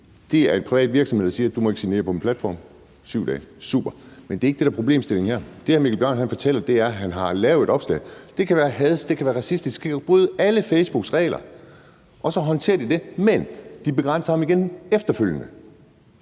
Det er en privat virksomhed, der siger, at du ikke må sige neger på min platform – 7 dage, det er super. Men det er ikke det, der er problemstillingen her. Det, hr. Mikkel Bjørn fortæller, er, at han har lavet et opslag, og det kan være hadsk, det kan være racistisk, det kan bryde alle Facebooks regler, og så håndterer de det. Men de begrænser ham igen efterfølgende.